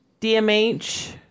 DMH